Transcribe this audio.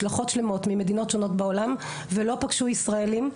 משלחות שלמות ממדינות שלמות בעולם ולא פגשו ישראלים,